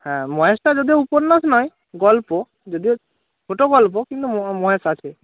হ্যাঁ মহেশটা যদিও উপন্যাস নয় গল্প যদিও ছোটোগল্প কিন্তু মহেশ আছে